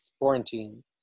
quarantine